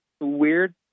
weird